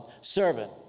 servant